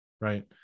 Right